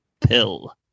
Pill